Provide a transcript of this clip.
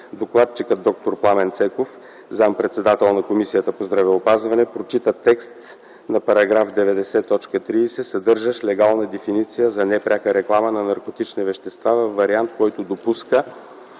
докладчикът – д-р Пламен Цеков, зам.-председател на Комисията по здравеопазване, прочита различен текст за § 90, т. 30 (съдържащ легална дефиниция на непряката реклама на наркотични вещества във вариант, който допуска